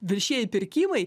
viešieji pirkimai